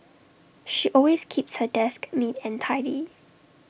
she always keeps her desk neat and tidy